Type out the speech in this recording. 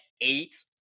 eight